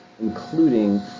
including